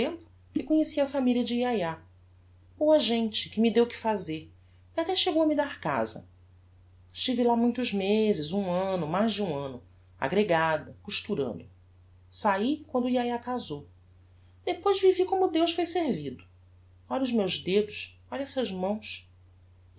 que conheci a familia de yayá boa gente que me deu que fazer e até chegou a me dar casa estive lá muitos mezes um anno mais de um anno aggregada costurando saí quando yayá casou depois vivi como deus foi servido olhe os meus dedos olhe estas mãos